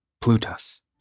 Plutus